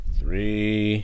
three